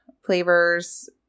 flavors